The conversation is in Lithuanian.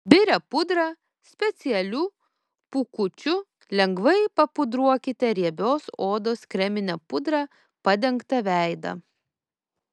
biria pudra specialiu pūkučiu lengvai papudruokite riebios odos kremine pudra padengtą veidą